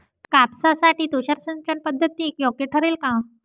कापसासाठी तुषार सिंचनपद्धती योग्य ठरेल का?